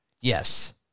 Yes